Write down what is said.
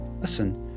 Listen